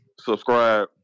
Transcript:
Subscribe